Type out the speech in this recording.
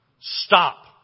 Stop